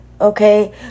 Okay